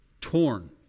Torn